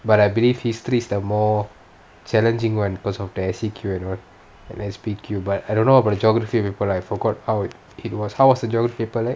but I believe history is the more challenging [one] because of the S_C_Q and all and S_P_Q but I don't know about the geography paper lah I forgot how it it was how was the geography paper like